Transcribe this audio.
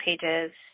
pages